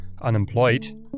unemployed